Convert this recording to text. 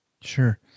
Sure